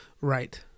Right